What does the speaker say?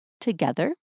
Together